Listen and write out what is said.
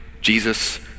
Jesus